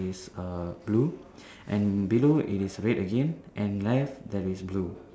is err blue and below it is red again and left there is blue